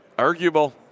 Arguable